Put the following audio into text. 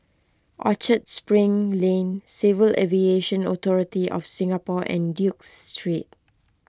Orchard Spring Lane Civil Aviation Authority of Singapore and Duke Street